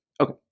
Okay